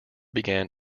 began